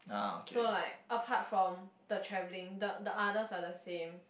so like apart from the travelling the the others are the same